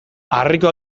harrikoa